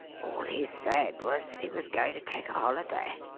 all he said was that he was going to take a holiday.